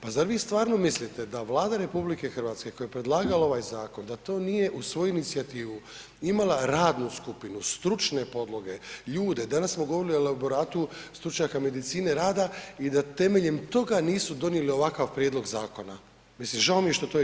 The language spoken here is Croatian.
Pa zar vi stvarno mislite da Vlada RH koja je predlagala ovaj zakon da to nije uz svoju inicijativu imala radnu skupinu, stručne podloge, ljude, danas smo govorili o elaboratu stručnjaka medicine rada i da temeljem toga nisu donijeli ovakav prijedlog zakona, mislim žao mi je što to ignorirate.